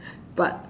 but